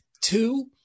two